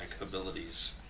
abilities